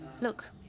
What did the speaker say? look